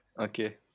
Okay